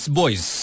boys